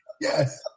Yes